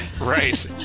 Right